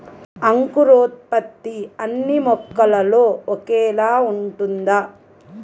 అంకురోత్పత్తి అన్నీ మొక్కలో ఒకేలా ఉంటుందా?